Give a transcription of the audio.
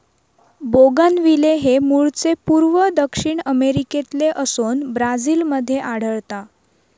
bougainvillea हे मूळचे पूर्व दक्षिण अमेरिकेतले असोन ब्राझील मध्ये आढळता